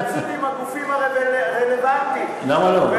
מה הבעיה להגיד התייעצות עם הגופים הרלוונטיים ולגמור?